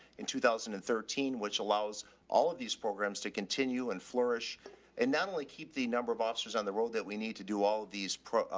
in two thousand and thirteen, which allows all of these programs to continue and flourish and not only keep the number of officers on the road that we need to do all of these pro, ah,